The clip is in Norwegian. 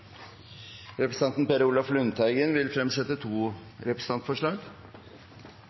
Representanten Per Olaf Lundteigen vil fremsette to representantforslag.